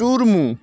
ચૂરમું